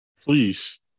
Please